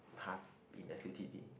task in the city D